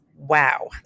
wow